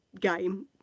game